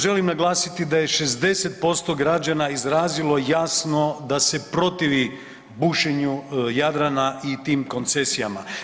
Želim naglasiti da je 60% građana izrazilo jasno da se protivi bušenju Jadrana i tim koncesijama.